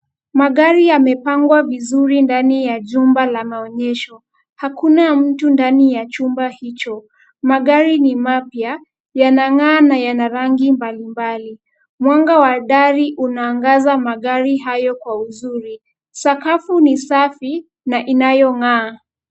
Magari yamepangwa vizuri ndani ya jumba la maonyesho, hakuna mtu ndani ya chumba hicho. Magari ni mapya, yanang'aa na yana rangi mbalimbali. Mwanga wa dari unaagaza magari hayo kwa uzuri, sakafu ni safi na inayong'aa.